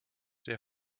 der